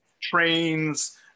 trains